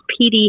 PD